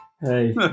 Hey